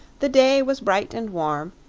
the day was bright and warm,